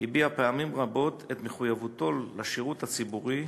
הביע פעמים רבות את מחויבותו לשידור הציבורי,